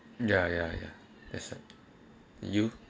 ya ya ya that's you